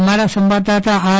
અમારા સંવાદદાતા આર